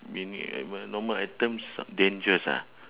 meaning in~ nor~ normal items dangerous ah